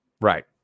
Right